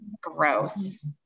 gross